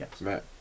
yes